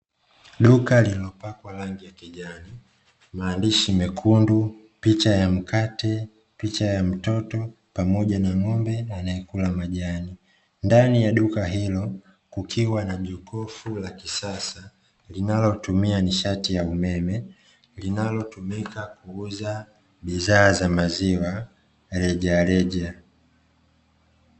Duka lililopakwa rangi ya kijani maandishi mekundu picha ya mkate, picha ya mtoto, pamoja na ng'ombe anaekula majani, ndani ya duka hilo kukiwa na jokofu la kisasa linalotumia nishati ya umeme, linalotumika kuuza bidhaa za maziwa rejareja.